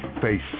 Face